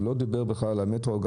הוא לא דיבר בכלל על המטרו.